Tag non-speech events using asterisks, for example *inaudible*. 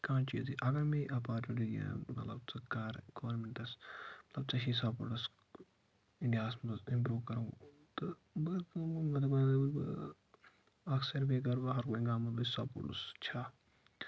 کانٛہہ چیزٕے اگر مےٚ یہِ اپارچُنٹی یہِ مطلب ژٕ کر گورمٮ۪نٛٹَس مطلب ژےٚ چھی سپوٹٕس انڈیاہس منٛز اِمپرٛوٗ کَرُن تہٕ *unintelligible* منز سپورٹس چھا